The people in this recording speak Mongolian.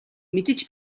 мэдэж